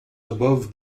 above